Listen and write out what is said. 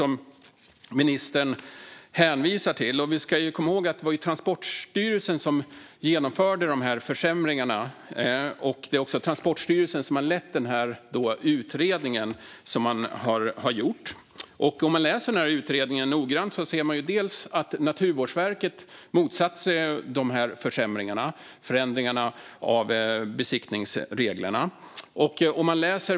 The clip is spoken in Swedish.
Ministern hänvisar till en rapport. Vi ska komma ihåg att det var Transportstyrelsen som genomförde de här försämringarna och att det också är Transportstyrelsen som har lett den utredning som gjorts. Om man läser den här utredningen noggrant ser man att Naturvårdsverket motsatt sig de här försämringarna och förändringarna av besiktningsreglerna.